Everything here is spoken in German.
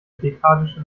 dekadische